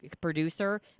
producer